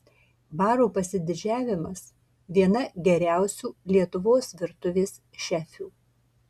baro pasididžiavimas viena geriausių lietuvos virtuvės šefių